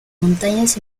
montañas